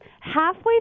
Halfway